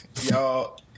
y'all